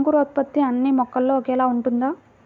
అంకురోత్పత్తి అన్నీ మొక్కలో ఒకేలా ఉంటుందా?